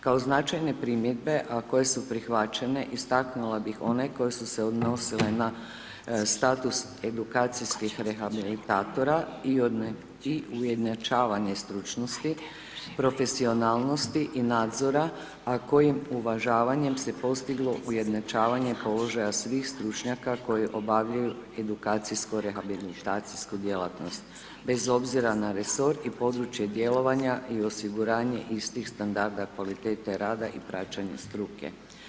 Kao značajne primjedbe, a koje su prihvaćene istaknula bih one koje su se odnosile na status edukacijskih rehabilitatora i ujednačavanje stručnosti, profesionalnosti i nadzora, a kojim uvažavanjem se postiglo ujednačavanje položaja svih stručnjaka koji obavljaju edukacijsko rehabilitacijsku djelatnost, bez obzira na resor i područje djelovanja i osiguranje istih standarda kvalitete rada i praćenje struke.